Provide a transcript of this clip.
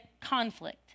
conflict